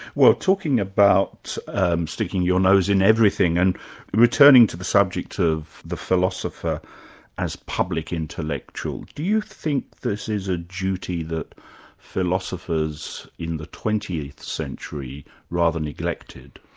well talking about sticking your nose in everything and returning to the subject of the philosopher as public intellectual, do you think this is a duty that philosophers in the twentieth century rather neglected?